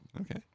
okay